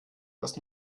was